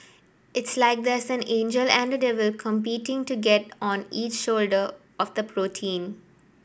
it's like there's an angel and a devil competing to get on each shoulder of the protein